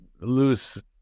loose